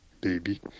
Baby